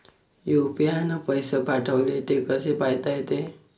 UPI न पैसे पाठवले, ते कसे पायता येते?